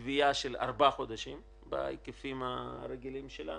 גבייה של ארבעה חודשים בהיקפים הרגילים שלנו,